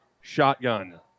shotgun